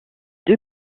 deux